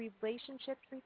relationships